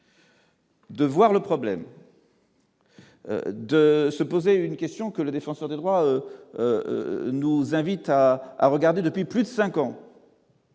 De voir le problème. De se poser une question que le défenseur des droits, nous invite à regarder depuis plus de 5 ans.